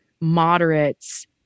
moderates